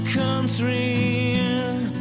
country